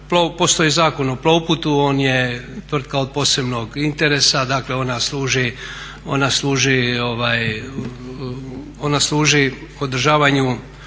postoji Zakon o Plovputu. On je tvrtka od posebnog interesa, dakle ona služi održavanju